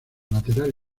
lateral